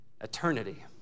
eternity